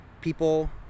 People